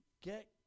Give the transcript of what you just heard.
get